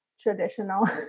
traditional